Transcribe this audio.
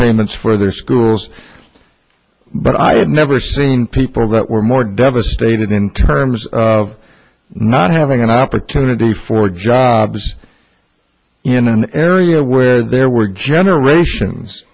payments for their schools but i have never seen people that were more devastated in terms of not having an opportunity for jobs in an area where there were generations